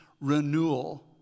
renewal